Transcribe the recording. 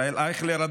ישראל אייכלר,